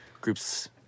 groups